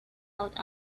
out